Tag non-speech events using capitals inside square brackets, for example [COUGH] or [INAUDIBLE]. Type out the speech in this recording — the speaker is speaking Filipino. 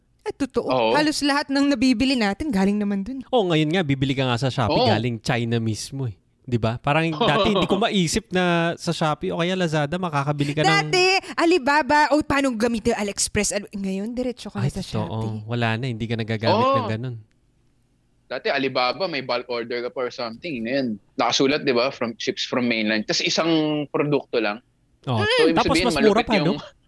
Eh, totoo. Oo. Halos lahat ng nabibili natin galing naman dun. Oh, ngayon nga, bibili ka nga sa Shopee, Oo. galing China mismo eh. 'Di ba? Parang dati [LAUGHS] hindi ko maisip na sa Shopee, o kaya Lazada, makakabili ka ng- Dati, Alibaba, o, paano gamitin 'yung AliExpress? Ngayon, diretso ka na Ay, sa totoo. Shopee. Wala na, hindi ka nagagamit Oo. ng ganun. Dati, Alibaba, may bulk order ka pa or something. Ngayon, nakasulat, 'di ba, from- ships from mainland. Tas isang produkto lang. Oh, So, ibig tapos sabihin, mas mura malupit pa, no? 'yung-